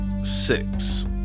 six